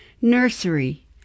Nursery